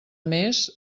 més